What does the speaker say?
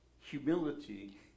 humility